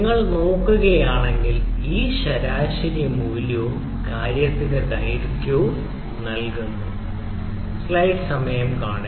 നിങ്ങൾ നോക്കുകയാണെങ്കിൽ ഈ ശരാശരി മൂല്യവും കാര്യത്തിന്റെ ദൈർഘ്യവും നൽകുന്നു